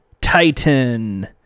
Titan